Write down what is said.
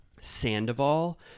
Sandoval